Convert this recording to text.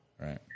Right